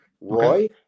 roy